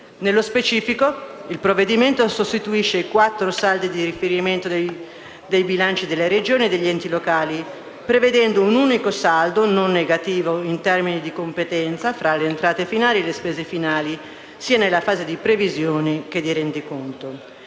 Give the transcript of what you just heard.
Nello specifico, ìl provvedimento sostituisce i quattro saldi di riferimento dei bilanci delle Regioni e degli enti locali, prevedendo un unico saldo non negativo in termini di competenza tra le entrate finali e le spese finali, sia nella fase di previsione che di rendiconto.